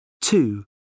Two